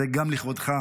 זה גם לכבודך,